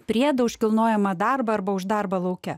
priedą už kilnojamą darbą arba už darbą lauke